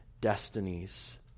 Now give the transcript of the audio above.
destinies